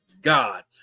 God